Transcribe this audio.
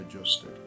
adjusted